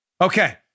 Okay